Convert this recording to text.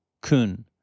kun